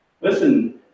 Listen